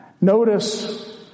Notice